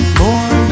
more